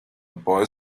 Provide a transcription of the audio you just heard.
boy